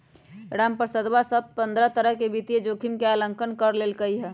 रामप्रसादवा सब प्तरह के वित्तीय जोखिम के आंकलन कर लेल कई है